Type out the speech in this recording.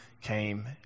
came